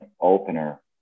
opener